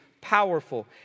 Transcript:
powerful